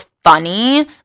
Funny